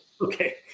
Okay